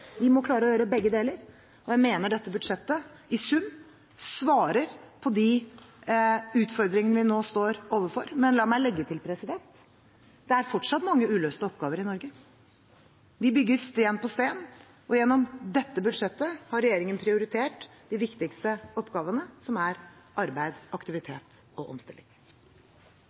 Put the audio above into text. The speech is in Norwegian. jeg mener dette budsjettet i sum svarer på de utfordringene vi nå står overfor. Men la meg legge til at det fortsatt er mange uløste oppgaver i Norge. Vi bygger sten på sten, og gjennom dette budsjettet har regjeringen prioritert de viktigste oppgavene, som er arbeid,